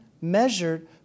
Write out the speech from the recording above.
measured